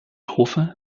hoffe